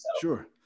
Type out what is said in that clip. Sure